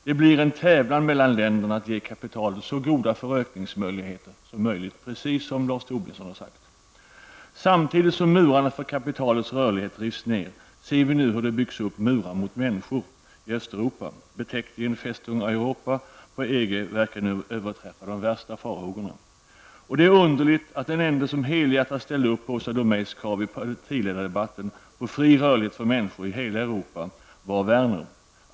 Det blir en tävlan mellan länderna att ge kapitalet så goda förökningsmöjligheter som möjligt, precis som Samtidigt som murarna för kapitalets rörlighet rivs ser vi nu hur det byggs murar mot människor i EG verkar nu överträffa de värsta farhågorna. Det är underligt att den ende som helhjärtat ställde upp på Åsa Domeijs krav i partiledardebatten på fri rörlighet för människor i hela Europa var Lars Werner.